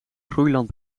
groeiland